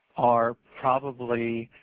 are probably